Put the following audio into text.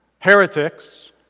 heretics